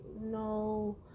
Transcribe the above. no